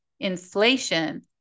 inflation